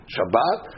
Shabbat